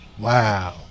Wow